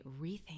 rethink